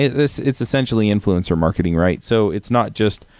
it's it's essentially influencer marketing, right? so, it's not just,